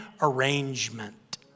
arrangement